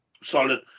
solid